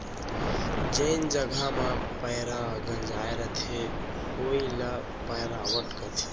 जेन जघा म पैंरा गंजाय रथे वोइ ल पैरावट कथें